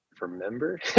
remember